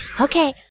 Okay